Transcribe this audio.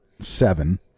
seven